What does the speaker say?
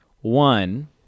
One